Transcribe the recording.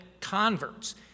converts